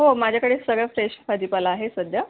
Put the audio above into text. हो माझ्याकडे सगळ्या फ्रेश भाजीपाला आहे सध्या